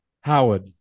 Howard